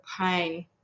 pain